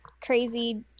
crazy